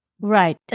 Right